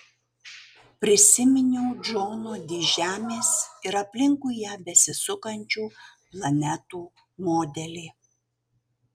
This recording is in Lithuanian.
prisiminiau džono di žemės ir aplinkui ją besisukančių planetų modelį